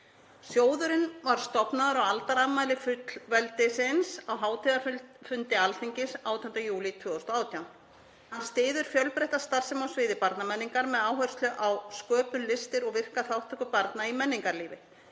Sjóðurinn var stofnaður á aldarafmæli fullveldisins á hátíðarfundi Alþingis 18. júlí 2018. Hann styður fjölbreytta starfsemi á sviði barnamenningar með áherslu á sköpun, listir og virka þátttöku barna í menningarlífi.